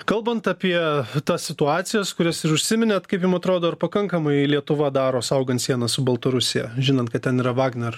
kalbant apie tas situacijas kurias ir užsiminėt kaip jums atrodo ar pakankamai lietuva daro saugant sieną su baltarusija žinant kad ten yra vagner